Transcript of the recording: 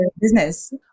business